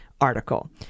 article